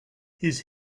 his